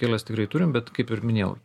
kelias tikrai turim bet kaip ir minėjau